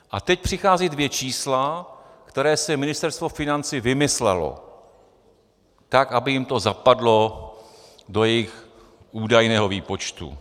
A teď přicházejí dvě čísla, která si Ministerstvo financí vymyslelo, tak aby jim to zapadlo do jejich údajného výpočtu.